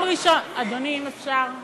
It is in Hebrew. אדוני, אם אפשר,